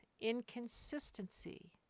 inconsistency